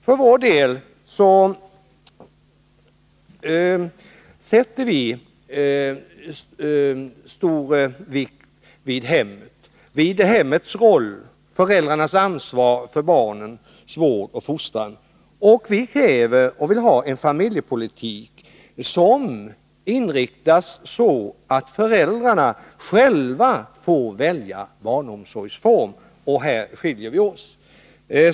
För vår del fäster vi stor vikt vid hemmets roll och föräldrarnas ansvar för barnens vård och fostran. Vi kräver och vill ha en familjepolitik som inriktas på att föräldrarna själva får välja barnomsorgsformen. Här skiljer vi oss.